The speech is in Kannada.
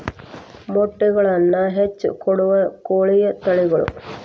ಮೊಟ್ಟೆಗಳನ್ನ ಹೆಚ್ಚ ಕೊಡುವ ಕೋಳಿಯ ತಳಿಗಳು